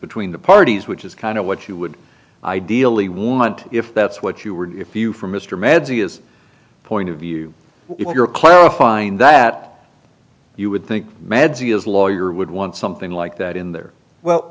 between the parties which is kind of what you would ideally want if that's what you were if you for mr meds he is point of view if you're clarifying that you would think meds he is lawyer would want something like that in there well